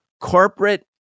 corporate